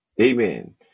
Amen